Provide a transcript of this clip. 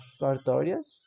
Artorias